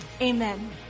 Amen